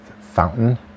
fountain